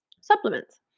supplements